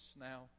now